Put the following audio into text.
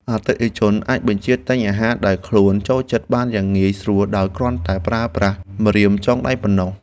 អតិថិជនអាចបញ្ជាទិញអាហារដែលខ្លួនចូលចិត្តបានយ៉ាងងាយស្រួលដោយគ្រាន់តែប្រើប្រាស់ម្រាមដៃចុចប៉ុណ្ណោះ។